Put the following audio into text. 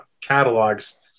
catalogs